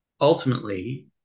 ultimately